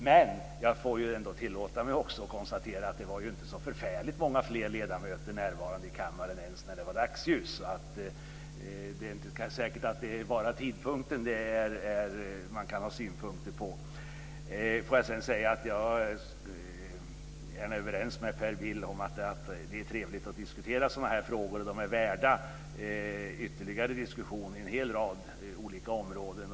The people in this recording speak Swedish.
Men jag får ändå tillåta mig att konstatera att det inte var så förfärligt många fler ledamöter närvarande i kammaren ens när det var dagsljus. Det är inte säkert att det bara är tidpunkten man kan ha synpunkter på. Jag är gärna överens med Per Bill om att det är trevligt att diskutera sådana här frågor. De är värda ytterligare diskussion inom en hel rad olika områden.